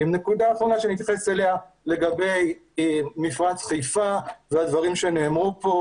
נקודה אחרונה אליה אני אתייחס לגבי מפרץ חיפה והדברים שנאמרו כאן.